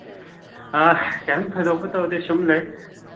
ꯑ ꯀꯩꯝ ꯊꯣꯏꯗꯣꯛꯄ ꯇꯧꯗꯦ ꯁꯨꯝ ꯂꯩ